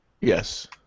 Yes